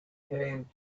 came